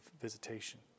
visitation